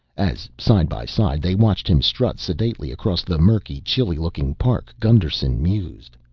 as side-by-side they watched him strut sedately across the murky chilly-looking park, gusterson mused,